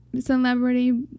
celebrity